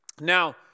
Now